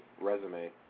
resume